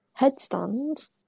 headstand